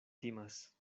timas